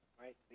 right